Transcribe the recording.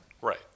Right